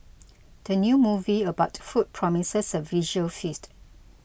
the new movie about food promises a visual feast